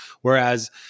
Whereas